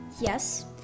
Yes